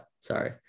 sorry